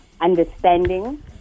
Understanding